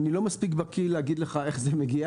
אני לא מספיק בקי להגיד לך איך זה מגיע